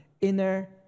inner